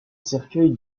cercueil